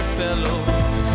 fellows